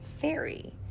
fairy